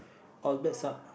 all bets ah